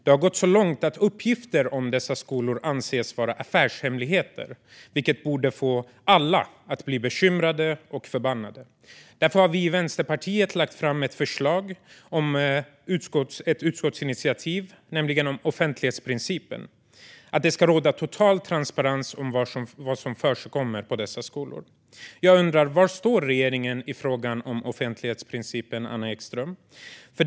Det har gått så långt att uppgifter om dessa skolor anses vara affärshemligheter, vilket borde få alla att bli bekymrade och förbannade. Därför har vi i Vänsterpartiet lagt fram ett förslag om ett utskottsinitiativ om offentlighetsprincipen. Vi anser att det ska råda total transparens när det gäller vad som försiggår på dessa skolor. Jag undrar var regeringen står i frågan om offentlighetsprincipen, Anna Ekström.